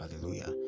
hallelujah